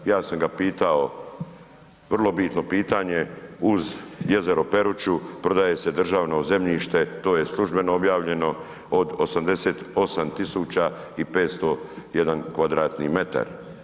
Ja sam ga pitao vrlo bitno pitanje uz jezero Peruču, prodaje se državno zemljište, to je službeno objavljeno od 88 501 kvadratni metar.